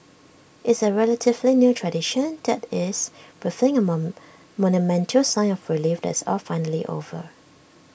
it's A relatively new tradition that is breathing A mom monumental sigh of relief that's all finally over